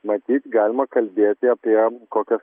matyt galima kalbėti apie kokias